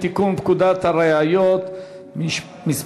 חוק לתיקון פקודת הראיות (מס'